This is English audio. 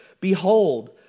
Behold